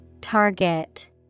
target